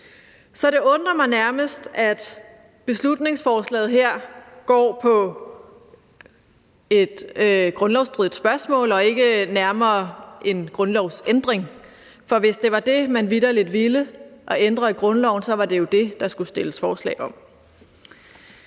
Så det undrer mig nærmest, at beslutningsforslaget her går på et grundlovsstridigt spørgsmål og ikke nærmere en grundlovsændring, for hvis det var det, man vitterlig ville, altså at ændre i grundloven, var det jo det, der skulle stilles forslag om.